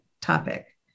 topic